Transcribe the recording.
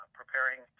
preparing